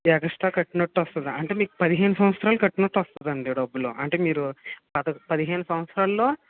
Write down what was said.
extra కట్టినట్టు వస్తుంది అంటే మీకు పదిహేను సంవత్సరాలు కట్టినట్టు వస్తదండీ డబ్బులు అంటే మీరు పదిహేను సంవత్సరాల్లో